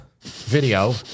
video